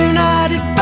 United